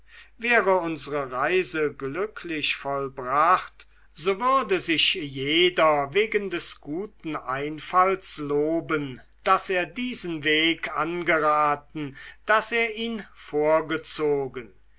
wäre unsre reise glücklich vollbracht so würde sich jeder wegen des guten einfalls loben daß er diesen weg angeraten daß er ihn vorgezogen